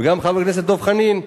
וגם לחבר הכנסת דב חנין,